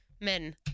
men